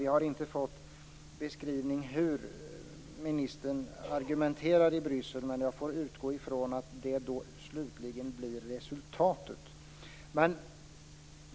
Vi har inte fått någon beskrivning av hur ministern argumenterar i Bryssel, men jag får utgå ifrån att detta slutligen blir resultatet.